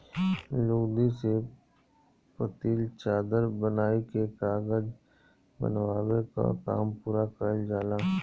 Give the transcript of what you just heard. लुगदी से पतील चादर बनाइ के कागज बनवले कअ काम पूरा कइल जाला